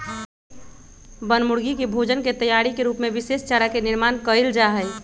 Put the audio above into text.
बनमुर्गी के भोजन के तैयारी के रूप में विशेष चारा के निर्माण कइल जाहई